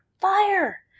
Fire